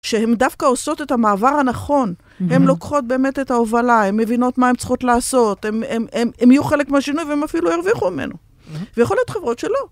שהן דווקא עושות את המעבר הנכון, הן לוקחות באמת את ההובלה, הן מבינות מה הן צריכות לעשות, הן יהיו חלק מהשינוי והן אפילו ירוויחו ממנו. ויכול להיות חברות שלא.